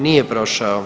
Nije prošao.